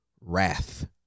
wrath